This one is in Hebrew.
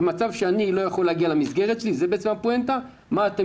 במצב שאני לא יכול להגיע למסגרת שלי זה בעצם הפואנטה מה אתם